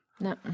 No